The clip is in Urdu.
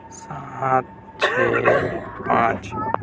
سات چھ پانچ